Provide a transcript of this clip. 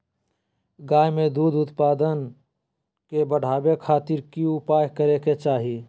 गाय में दूध उत्पादन के बढ़ावे खातिर की उपाय करें कि चाही?